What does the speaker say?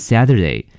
Saturday